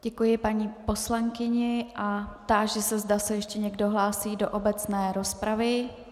Děkuji paní poslankyni a táži se, zda se ještě někdo hlásí do obecné rozpravy.